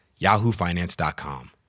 YahooFinance.com